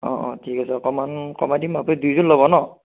অঁ অঁ ঠিক আছে অকণমান কমাই দিম আপুনি দুই যোৰ ল'ব ন